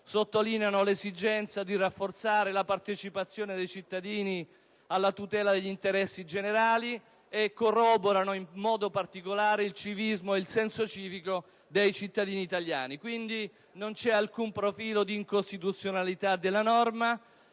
sottolineano l'esigenza di rafforzare la partecipazione dei cittadini alla tutela degli interessi generali e corroborano in modo particolare il civismo, il senso civico dei cittadini italiani. Quindi, non c'è alcun profilo di incostituzionalità della norma